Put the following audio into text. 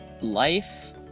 life